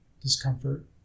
discomfort